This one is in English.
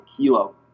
kilo